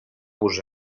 vos